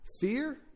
fear